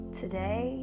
today